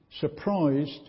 surprised